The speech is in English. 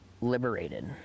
liberated